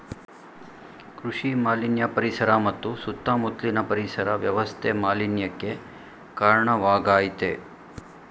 ಕೃಷಿ ಮಾಲಿನ್ಯ ಪರಿಸರ ಮತ್ತು ಸುತ್ತ ಮುತ್ಲಿನ ಪರಿಸರ ವ್ಯವಸ್ಥೆ ಮಾಲಿನ್ಯಕ್ಕೆ ಕಾರ್ಣವಾಗಾಯ್ತೆ